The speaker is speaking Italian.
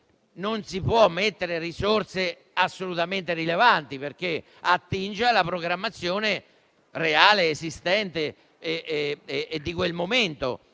non si possono mettere risorse assolutamente rilevanti, perché attinge alla programmazione reale, esistente e di quel momento.